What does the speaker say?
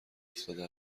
افتاده